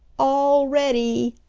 all ready!